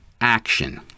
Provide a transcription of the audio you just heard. action